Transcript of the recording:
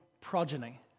progeny